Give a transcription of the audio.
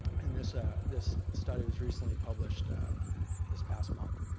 and this ah this study was recently published this past month.